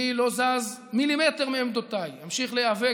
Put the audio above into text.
אני לא זז מילימטר מעמדותיי: אמשיך להיאבק,